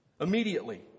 immediately